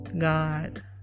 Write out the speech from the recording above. God